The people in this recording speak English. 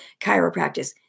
chiropractic